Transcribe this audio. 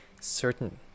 certain